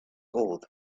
old